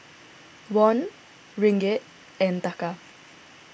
Won Ringgit and Taka